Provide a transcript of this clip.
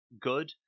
good